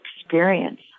experience